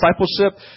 discipleship